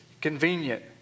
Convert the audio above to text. convenient